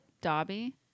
Dobby